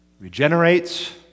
regenerates